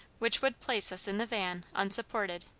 which would place us in the van unsupported.